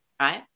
right